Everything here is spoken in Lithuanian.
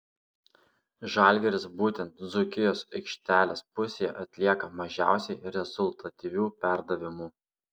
žalgiris būtent dzūkijos aikštelės pusėje atlieka mažiausiai rezultatyvių perdavimų